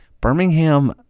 Birmingham